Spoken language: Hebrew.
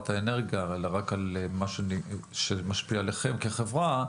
האנרגיה אלא רק על מה שמשפיע עליכם כחברה,